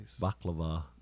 Baklava